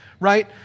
right